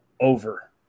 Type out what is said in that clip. over